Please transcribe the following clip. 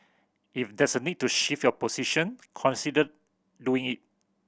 if there's a need to shift your position consider doing it